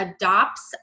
adopts